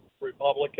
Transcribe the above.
Republican